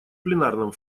пленарном